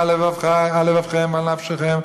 בכל לבבכם ובכל נפשכם"